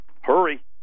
Hurry